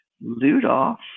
Ludolf